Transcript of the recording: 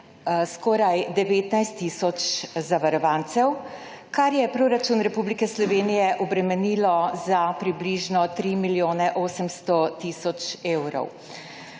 skoraj 19 tisoč zavarovancev, kar je proračun Republike Slovenije obremenilo za približno 3 milijone 800 tisoč evrov.